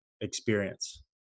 experience